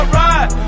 ride